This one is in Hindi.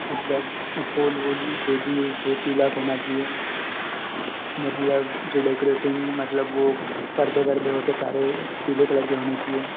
मतलब फूल वूल जो भी हो उसको पीला होना चाहिए मतलब जो डेकोरेटर मतलब वो पर्दे वर्दे वो तो सारे पीले कलर के होने चाहिए